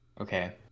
Okay